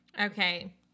Okay